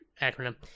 acronym